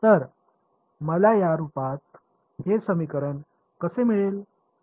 तर मला या रूपात हे समीकरण कसे मिळेल